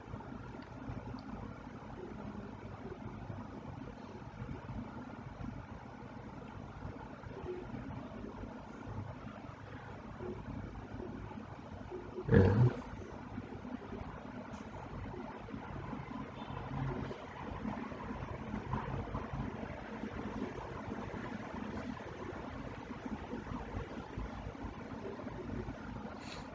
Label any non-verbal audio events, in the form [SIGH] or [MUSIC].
yeah [NOISE]